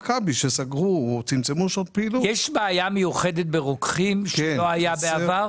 יש בעיה מיוחדת עם מספר הרוקחים שלא הייתה בעבר?